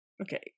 Okay